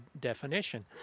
definition